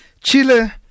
Chile